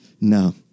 No